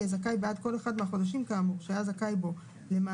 יהיה זכאי בעד כל אחד מהחודשים כאמור שהיה זכאי בו למענק,